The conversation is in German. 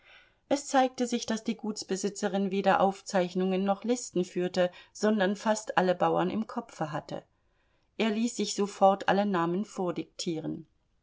es zeigte sich daß die gutsbesitzerin weder aufzeichnungen noch listen führte sondern fast alle bauern im kopfe hatte er ließ sich sofort alle namen